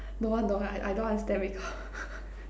don't want don't want I I don't understand make-up